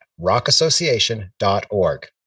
rockassociation.org